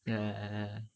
ya